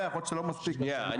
צחוק.